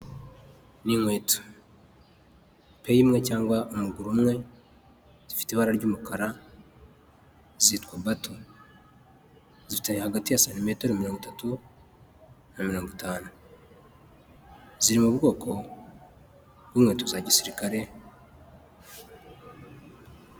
Ni inkweto peya imwe cyangwa umuguru umwe, zifite ibara ry'umukara zitwa Bato, zifite hagati ya santimetero mirongo itatu na mirongo itanu, ziri mu bwoko bw'inkweto za gisirikare.